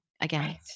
again